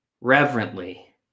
reverently